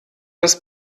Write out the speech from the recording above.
das